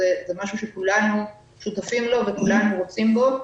זה משהו שכולנו שותפים לו וכולנו רוצים בו,